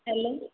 hello